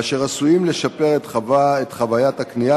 ואשר עשויים לשפר את חווית הקנייה,